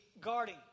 Guarding